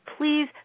please